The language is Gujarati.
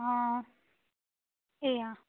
હ એ હા